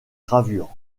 gravures